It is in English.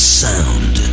sound